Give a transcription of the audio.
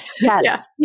yes